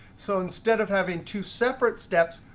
so instead of having two separate steps,